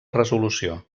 resolució